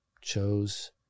chose